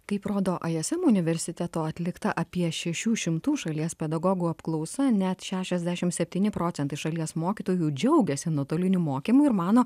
kaip rodo ism universiteto atlikta apie šešių šimtų šalies pedagogų apklausa net šešiasdešimt septyni procentai šalies mokytojų džiaugiasi nuotoliniu mokymu ir ir mano